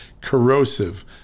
corrosive